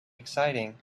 exciting